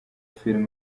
film